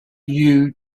you